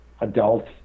adult